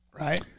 right